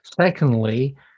secondly